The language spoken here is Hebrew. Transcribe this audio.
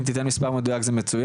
אם יש לך את המספר המדויק זה מצוין.